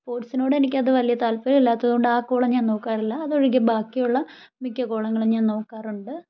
സ്പോട്സിനോട് എനിക്ക് അത് വല്യ താല്പര്യമില്ലാത്തതുകൊണ്ട് ആ കോളം ഞാൻ നോക്കാറില്ല അതൊഴികെ ബാക്കിയുള്ള മിക്ക കോളങ്ങളും ഞാൻ നോക്കാറുണ്ട്